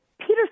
Peter